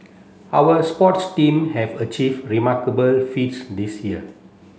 our sports team have achieve remarkable feats this year